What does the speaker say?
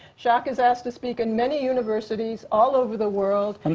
jacque is asked to speak in many universities all over the world.